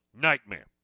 Nightmare